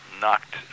knocked